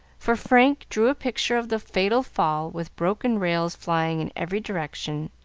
for frank drew a picture of the fatal fall with broken rails flying in every direction,